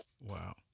Wow